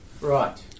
Right